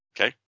okay